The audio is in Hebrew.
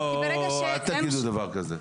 כי ברגע שהם --- וואו, אל תגידו דבר כזה.